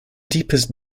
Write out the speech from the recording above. deepest